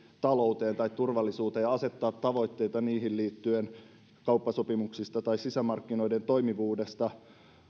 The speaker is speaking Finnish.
talouteen tai turvallisuuteen ja asettaa niihin liittyen tavoitteita kauppasopimuksista tai sisämarkkinoiden toimivuudesta